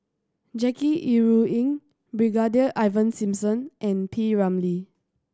Jackie Yi Ru Ying Brigadier Ivan Simson and P Ramlee